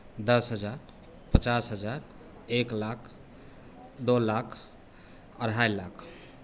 दस हज़ार पचास हज़ार एक लाख दो लाख अढ़ाई लाख